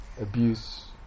abuse